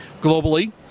globally